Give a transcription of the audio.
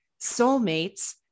soulmates